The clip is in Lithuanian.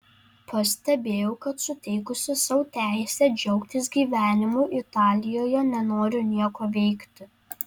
pastebėjau kad suteikusi sau teisę džiaugtis gyvenimu italijoje nenoriu nieko veikti